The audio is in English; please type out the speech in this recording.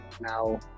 now